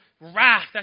wrath